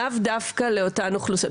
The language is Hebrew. לאו דווקא לאותן אוכלוסיות.